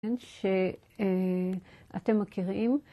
שאתם מכירים.